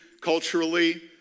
culturally